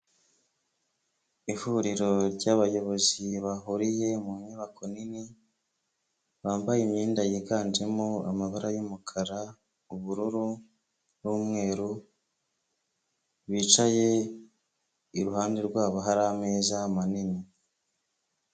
Ihuriro ry'abayobozi bahuriye mu nyubako nini, bambaye imyenda yiganjemo amabara y'umukara, ubururu, n'umweru, bicaye, iruhande rwabo hari ameza manini.